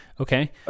Okay